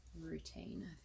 routine